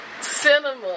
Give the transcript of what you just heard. cinema